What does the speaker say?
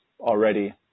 already